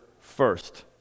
first